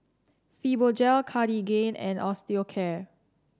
Fibogel Cartigain and Osteocare